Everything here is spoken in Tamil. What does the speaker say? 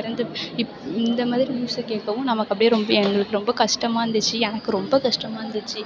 இறந்து இப்போ இந்த மாதிரி நியூஸை கேட்கவும் நமக்கு அப்படியே ரொம்ப எங்களுக்கு ரொம்ப கஷ்டமா இருந்துச்சு எனக்கு ரொம்ப கஷ்டமா இருந்துச்சு